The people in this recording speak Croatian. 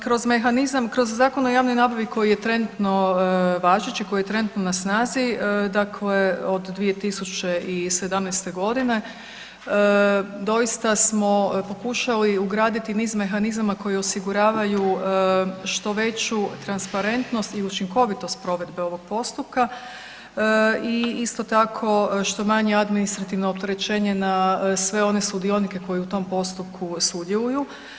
Kroz Zakon o javnoj nabavi koji je trenutno važeći, koji je trenutno na snazi dakle od 2017.g. doista smo pokušali ugraditi niz mehanizama koji osiguravaju što veću transparentnost i učinkovitost provedbe ovog postupka i isto tako što manje administrativno opterećenje na sve one sudionike koji u tom postupku sudjeluju.